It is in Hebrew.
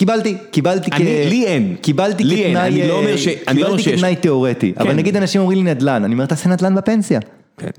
קיבלתי, קיבלתי כתנאי תיאורטי, אבל נגיד אנשים אומרים לי נדל"ן, אני אומר אתה עושה נדל"ן בפנסיה.